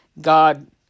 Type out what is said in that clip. God